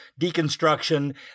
deconstruction